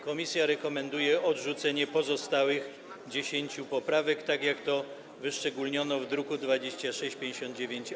Komisje rekomendują odrzucenie pozostałych dziesięciu poprawek, tak jak to wyszczególniono w druku nr 2659-A.